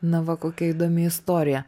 na va kokia įdomi istorija